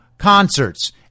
concerts